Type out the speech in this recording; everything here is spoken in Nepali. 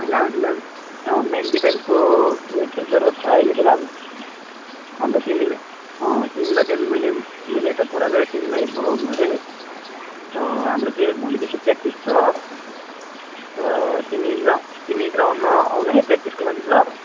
होइन हामीलाई पनि मेन डिफेन्सको उयो जरुरत छ अहिले फिलहाल अन्त तिमीले तिमीलाई चाहिँ नि मैले मैले यता कुरा गरेँ तिमीलाई बोलाउनु अरे त हाम्रो चाहिँ भोलिदेखि प्र्याक्टिस छ हो त तिमी ग्रा तिमी ग्राउन्डमा आउनु है प्र्याक्टिसको लागि ल